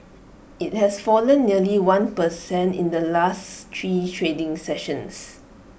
IT has fallen nearly one per cent in the last three trading sessions